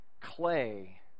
clay